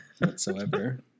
whatsoever